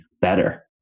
better